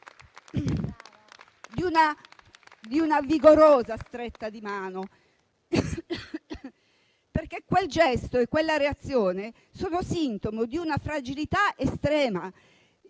di una vigorosa stretta di mano. Quel gesto e quella reazione sono infatti sintomo di una fragilità estrema.